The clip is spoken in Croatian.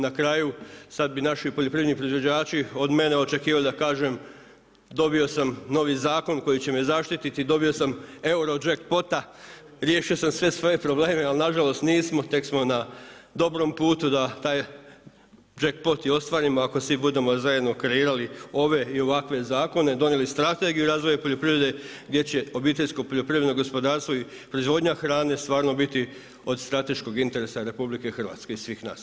Na kraju, sad bi naši poljoprivredni proizvođači od mene očekivali da kažem, dobio sam novi zakon koji će me zaštititi, dobio sam euro jack pota, riješio sam sve svoje probleme, ali na žalost nismo tek smo na dobrom putu da taj jack pot i ostvarimo ako svi budemo zajedno kreirali ove i ovakve zakone, doneli strategiju razvoja poljoprivrede gdje će obiteljsko poljoprivredno gospodarstvo i proizvodnja hrane stvarno biti od strateškog interesa Republike Hrvatske i svih nas.